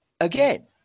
again